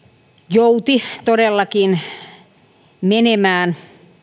jouti todellakin menemään